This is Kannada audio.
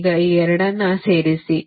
ಈಗ ಈ ಎರಡನ್ನು ಸೇರಿಸಿ